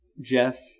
Jeff